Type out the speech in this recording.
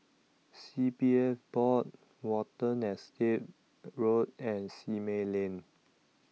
C P F Board Watten Estate Road and Simei Lane